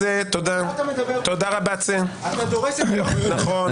אתה דורס --- נכון.